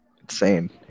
insane